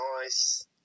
nice